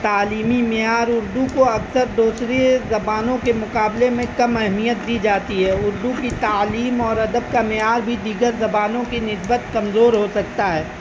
تعلیمی معیار اردو کو اکثر دوسری زبانوں کے مقابلے میں کم اہمیت دی جاتی ہے اردو کی تعلیم اور ادب کا معیار بھی دیگر زبانوں کی نسبت کمزور ہو سکتا ہے